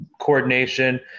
coordination